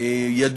מוכר מספיק,